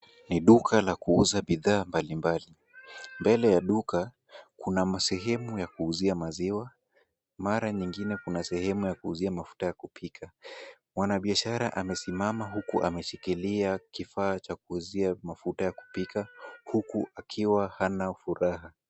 Ni duka la kuuza bidhaa mbalimbali. Mbele ya duka, kuna sehemu ya kuuzia maziwa, mara nyingine kuna sehemu ya kuuzia mafuta ya kupika. Mwanabiashara amesimama huku ameshikilia kifaa cha kuuzia mafuta ya kupika huku akiwa hana furaha.